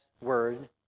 word